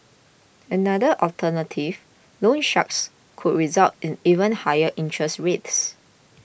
another alternative loan sharks could result in even higher interest rates